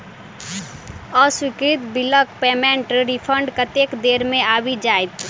अस्वीकृत बिलक पेमेन्टक रिफन्ड कतेक देर मे आबि जाइत?